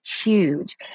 huge